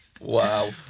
Wow